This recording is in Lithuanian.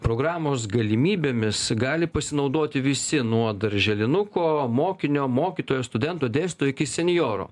programos galimybėmis gali pasinaudoti visi nuo darželinuko mokinio mokytojo studento dėsto iki senjoro